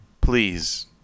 please